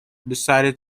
decided